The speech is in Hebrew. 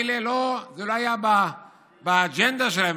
זה לא היה באג'נדה שלהן,